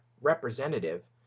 representative